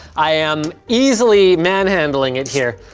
i am easily manhandling it here.